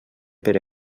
per